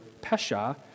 pesha